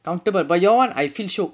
comfortable but you're [one] I feel shiok